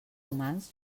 humans